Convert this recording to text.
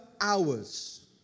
hours